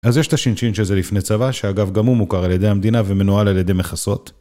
אז יש את הש״ש של זה לפני צבא, שאגב גם הוא מוכר על ידי המדינה ומנוהל על ידי מכסות.